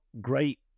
great